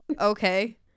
okay